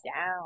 down